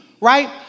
right